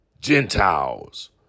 Gentiles